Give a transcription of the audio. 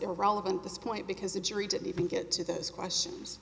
irrelevant this point because the jury didn't even get to those questions